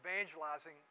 evangelizing